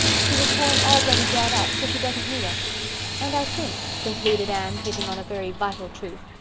she was born already brought up, so she doesn't need us and i think, concluded anne, hitting on a very vital truth,